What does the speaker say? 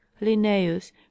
Linnaeus